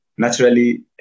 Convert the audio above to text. Naturally